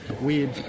weird